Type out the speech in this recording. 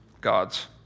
God's